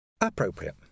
Appropriate